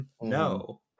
No